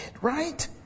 Right